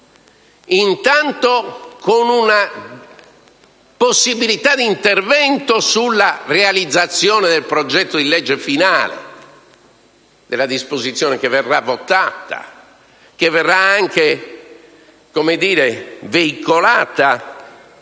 intanto, con una possibilità di intervento sulla realizzazione del progetto di legge finale, della disposizione che verrà votata e che verrà anche - come